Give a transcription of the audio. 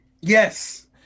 yes